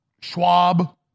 Schwab